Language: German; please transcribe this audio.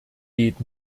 geht